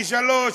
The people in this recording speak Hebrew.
ב-3000,